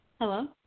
Hello